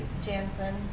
Jansen